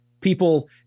people